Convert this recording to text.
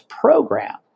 program